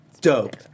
Dope